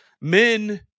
men